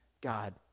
God